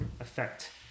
affect